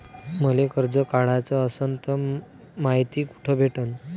मले कर्ज काढाच असनं तर मायती कुठ भेटनं?